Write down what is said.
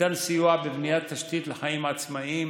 ניתן סיוע בבניית תשתית לחיים עצמאיים,